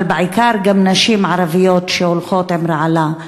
אבל בעיקר נשים ערביות שהולכות עם רעלה,